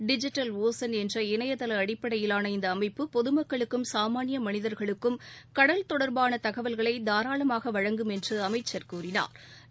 digital ocean என்ற இணையதள அடிப்படையிலான இந்த அமைப்பு பொதுமக்களுக்கும் சாமான்ய மனிதர்களுக்கும் கடல் தொடர்பான தகவல்களை தாராளமாக வழங்கும் என்று அமைச்சர் கூறினாள்